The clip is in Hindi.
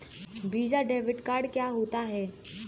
वीज़ा डेबिट कार्ड क्या होता है?